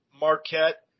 Marquette